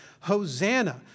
Hosanna